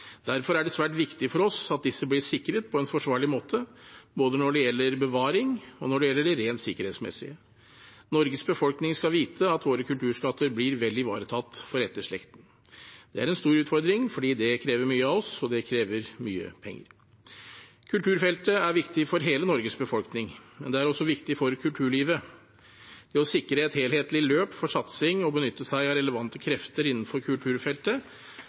Derfor er det svært viktig for oss at disse blir sikret på en forsvarlig måte, både når det gjelder bevaring, og når det gjelder det rent sikkerhetsmessige. Norges befolkning skal vite at våre kulturskatter blir vel ivaretatt for etterslekten. Det er en stor utfordring fordi det krever mye av oss, og fordi det krever mye penger. Kulturfeltet er viktig for hele Norges befolkning, men det er også viktig for kulturlivet. Det å sikre et helhetlig løp for satsing og benytte seg av relevante krefter innenfor kulturfeltet,